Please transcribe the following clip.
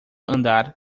andar